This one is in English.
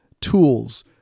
tools